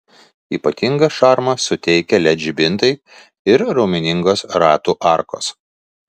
ypatingą šarmą suteikia led žibintai ir raumeningos ratų arkos